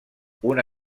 una